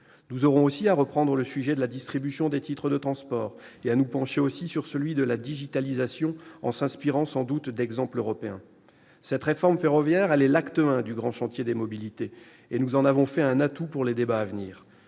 Nous aurons aussi à reprendre le sujet de la distribution des titres de transport et à nous pencher sur celui de la numérisation, en nous inspirant sans doute d'exemples européens. Cette réforme ferroviaire est l'acte I du grand chantier des mobilités, et nous en avons fait un atout pour les débats à venir.